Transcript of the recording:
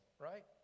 right